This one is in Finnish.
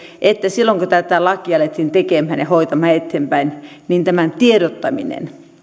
että silloin kun tätä lakia alettiin tekemään ja hoitamaan eteenpäin niin tämän tiedottaminen